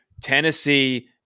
Tennessee